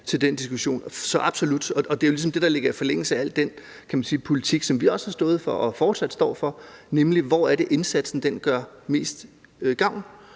så absolut. Det er jo ligesom det, der ligger i forlængelse af al den politik, som vi også har stået for og fortsat står for, nemlig: hvor gør indsatsen mest gavn.